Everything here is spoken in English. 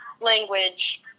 language